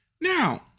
Now